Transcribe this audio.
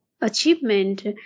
achievement